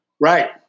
right